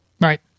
Right